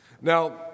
Now